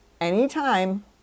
anytime